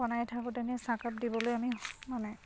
বনাই থাকোঁতেনে চাহকাপ দিবলৈ আমি মানে